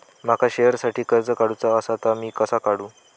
माका शेअरसाठी कर्ज काढूचा असा ता मी कसा काढू?